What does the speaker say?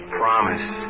promise